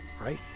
right